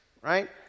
right